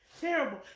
Terrible